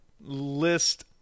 list